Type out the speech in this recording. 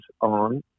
on